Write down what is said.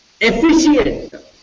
efficient